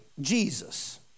Jesus